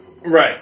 Right